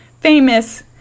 famous